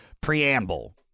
preamble